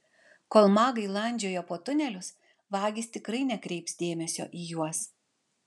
kol magai landžioja po tunelius vagys tikrai nekreips dėmesio į juos